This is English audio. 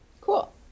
Cool